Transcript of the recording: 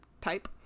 type